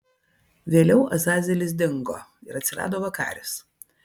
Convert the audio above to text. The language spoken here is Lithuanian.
vėliau azazelis dingo ir atsirado vakaris